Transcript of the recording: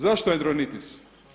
Zašto endronitis?